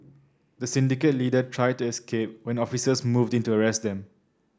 the syndicate leader tried to escape when officers moved in to arrest them